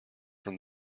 from